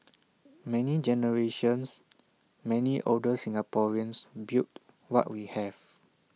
many generations many older Singaporeans built what we have